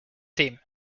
team